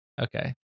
Okay